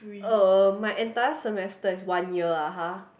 uh my entire semester is one year (uh huh)